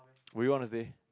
will you want to stay